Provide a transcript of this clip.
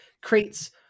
creates